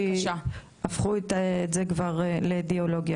כי הפכו את זה לדיאלוגיה.